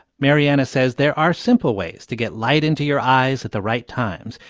mariana says there are simple ways to get light into your eyes at the right times.